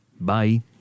Bye